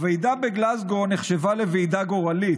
הוועידה בגלזגו נחשבה לוועידה גורלית,